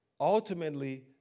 Ultimately